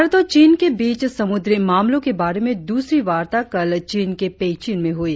भारत और चीन के बीच समुद्री मामलों के बारे में द्रसरी वार्ता कल चीन के पेइचिंग में हुई